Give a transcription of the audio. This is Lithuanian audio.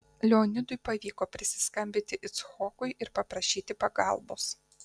leonidui pavyko prisiskambinti icchokui ir paprašyti pagalbos